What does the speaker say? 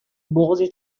بغضی